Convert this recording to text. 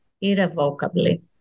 irrevocably